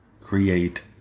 create